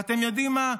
ואתם יודעים מה?